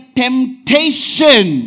temptation